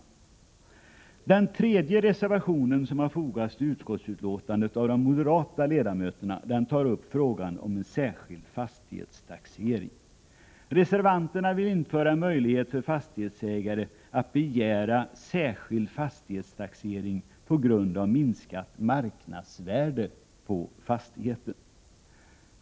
I den tredje reservationen, som har fogats till utskottsbetänkandet av de moderata ledamöterna, tas upp frågan om en särskild fastighetstaxering. Reservanterna vill införa en möjlighet för fastighetsägare att begära särskild fastighetstaxering på grund av minskat marknadsvärde på fastigheten.